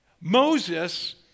Moses